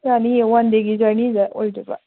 ꯌꯥꯅꯤꯌꯦ ꯋꯥꯟ ꯗꯦꯒꯤ ꯖꯔꯅꯤꯗ ꯑꯣꯏꯗꯣꯏꯕ